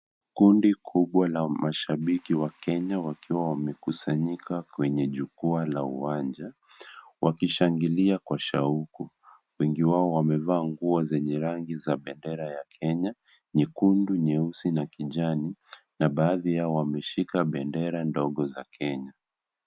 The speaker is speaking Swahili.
Kundi kubwa la mashabiki wa Kenya wakiwa wamekusanyika kwenye jukwaa la uwanja, wakishangilia kwa shauku. Wengi wao wamevaa nguo zenye rangi za bendera ya Kenya, nyekundu, nyeusi na kijani na baadhi yao wameshika bendera ndogo za Kenya.